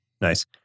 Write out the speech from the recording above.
Nice